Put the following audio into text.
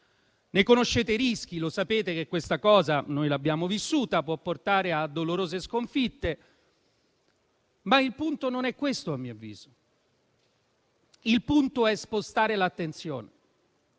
Ne conoscete rischi e sapete che questo - lo abbiamo già vissuto - può portare a dolorose sconfitte. Ma il punto non è questo, a mio avviso. Il punto è spostare l'attenzione.